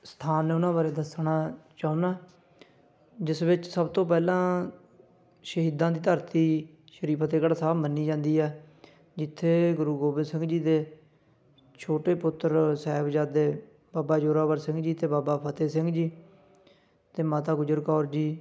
ਸਥਾਨ ਨੇ ਉਹਨਾਂ ਬਾਰੇ ਦੱਸਣਾ ਚਾਹੁੰਦਾ ਜਿਸ ਵਿੱਚ ਸਭ ਤੋਂ ਪਹਿਲਾਂ ਸ਼ਹੀਦਾਂ ਦੀ ਧਰਤੀ ਸ਼੍ਰੀ ਫਤਿਹਗੜ੍ਹ ਸਾਹਿਬ ਮੰਨੀ ਜਾਂਦੀ ਐ ਜਿੱਥੇ ਗੁਰੂ ਗੋਬਿੰਦ ਸਿੰਘ ਜੀ ਦੇ ਛੋਟੇ ਪੁੱਤਰ ਸਾਹਿਬਜ਼ਾਦੇ ਬਾਬਾ ਜ਼ੋਰਾਵਰ ਸਿੰਘ ਜੀ ਅਤੇ ਬਾਬਾ ਫਤਿਹ ਸਿੰਘ ਜੀ ਅਤੇ ਮਾਤਾ ਗੁਜਰ ਕੌਰ ਜੀ